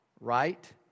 Right